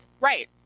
Right